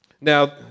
Now